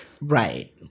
right